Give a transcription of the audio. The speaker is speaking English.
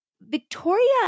Victoria